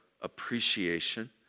appreciation